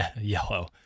yellow